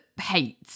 hate